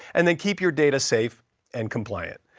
and then keep your data safe and compliant.